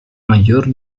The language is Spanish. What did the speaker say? mayor